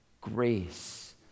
Grace